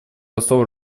посол